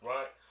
Right